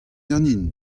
ganin